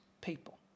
people